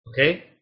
Okay